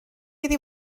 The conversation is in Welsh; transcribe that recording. iddi